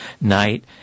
night